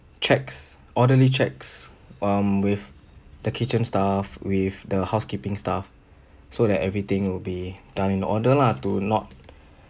checks orderly checks um with the kitchen staff with the housekeeping staff so that everything will be done in order lah to not